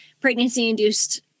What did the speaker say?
pregnancy-induced